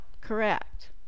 correct